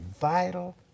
vital